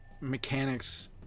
mechanics